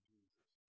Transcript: Jesus